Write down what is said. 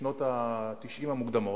בשנות ה-90 המוקדמות,